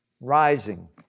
Rising